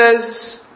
says